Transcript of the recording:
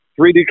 3d